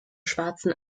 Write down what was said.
schwarzen